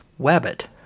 Wabbit